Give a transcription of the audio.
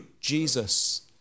Jesus